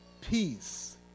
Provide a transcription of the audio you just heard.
peace